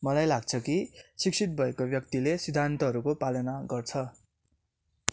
मलाई लाग्छ कि शिक्षित भएको व्यक्तिले सिद्धान्तहरूको पालना गर्छ